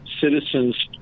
citizens